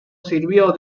sirvió